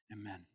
Amen